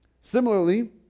Similarly